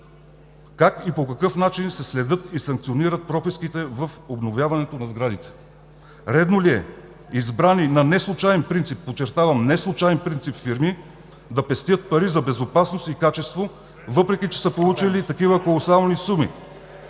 как и по какъв начин се следят и санкционират пропуските в обновяването на сградите? Редно ли е избрани на неслучаен принцип, подчертавам, неслучаен принцип фирми да пестят пари за безопасност и качество, въпреки че са получили колосални суми?